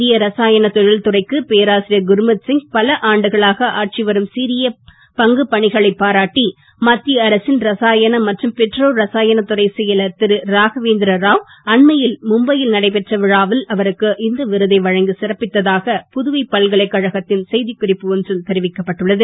இந்திய ரசாயன தொழில் துறைக்கு பேராசிரியர் குர்மித் சிங் பல ஆண்டுகளாக அற்றி வரும் சீரிய பங்குபணிகளை பாராட்டி மத்திய அரசின் ரசாயன மற்றும் பெட்ரோ ரசாயன துறைச் செயலர் திரு ராகவேந்திர ராவ் அண்மையில் மும்பையில் நடைபெற்ற விழாவில் அவருக்கு இந்த விருதை வழங்கிச் சிறப்பித்ததாக புதுவை பல்கலைக்கழகத்தின் செய்திக் குறிப்பு ஒன்றில் தெரிவிக்கப்பட்டுள்ளது